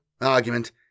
argument